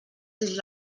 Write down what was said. dins